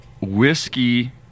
Whiskey